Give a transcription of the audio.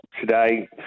today